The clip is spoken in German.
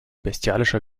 bestialischer